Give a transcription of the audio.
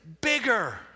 bigger